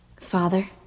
Father